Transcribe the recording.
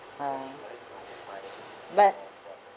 mm but